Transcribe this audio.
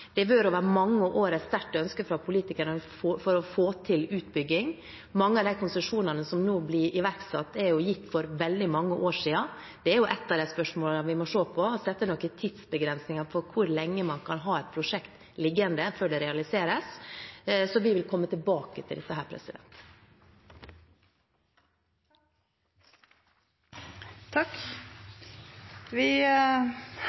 Det har over mange år vært et sterkt ønske fra politikerne å få til utbygging. Mange av de konsesjonene som nå blir iverksatt, er jo gitt for veldig mange år siden. Det er ett av de spørsmålene vi må se på, og vi må sette noen tidsbegrensninger for hvor lenge man kan ha et prosjekt liggende før det realiseres. Så vi vil komme tilbake til